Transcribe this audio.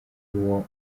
uwo